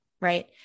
Right